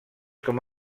com